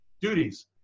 duties